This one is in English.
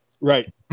Right